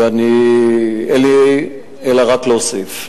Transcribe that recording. ואין לי אלא להוסיף: